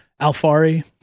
Alfari